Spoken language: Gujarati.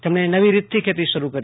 તેમણે નવી રીતથી ખેતી શરૂ કરી